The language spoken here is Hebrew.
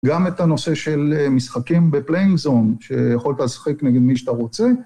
גם את הנושא של משחקים בפליינג זון, שיכולת לשחק נגד מי שאתה רוצה.